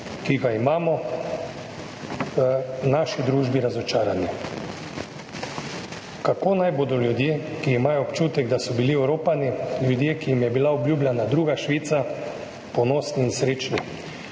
ki ga imamo v naši družbi, razočarani. Kako naj bodo ljudje, ki imajo občutek, da so bili oropani, ljudje, ki jim je bila obljubljena druga Švica, ponosni in srečni?